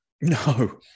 No